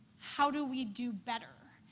how do we do better?